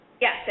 Yes